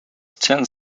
tenth